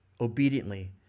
obediently